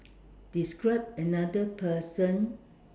describe another person